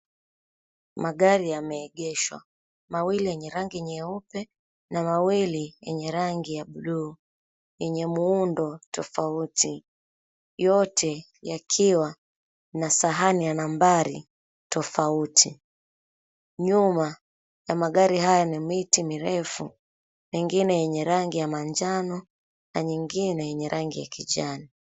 Magari yameegeshwa. Mawili yenye rangi nyeupe na mawili yenye rangi ya blue , yenye muundo tofauti. Yote yakiwa na sahani ya nambari tofauti. Nyuma ya magari haya ni miti mirefu, nyingine yenye rangi ya manjano, na nyingine yenye rangi ya kijani.